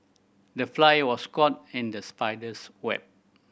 the fly was caught in the spider's web